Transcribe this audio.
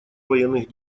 военных